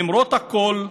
למרות הכול,